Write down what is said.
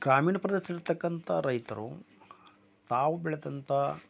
ಗ್ರಾಮೀಣ ಪ್ರದೇಶದಲ್ಲಿರತಕ್ಕಂತ ರೈತರು ತಾವು ಬೆಳೆದಂತ